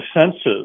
senses